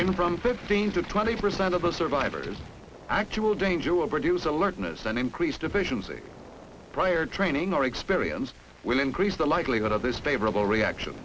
in from fifteen to twenty percent of the survivors actual danger will produce alertness and increased efficiency prior training or experience will increase the likelihood of this favorable reaction